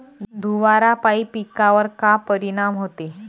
धुवारापाई पिकावर का परीनाम होते?